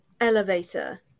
Elevator